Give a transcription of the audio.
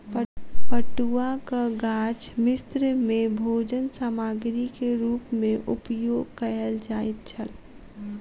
पटुआक गाछ मिस्र में भोजन सामग्री के रूप में उपयोग कयल जाइत छल